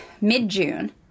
Mid-June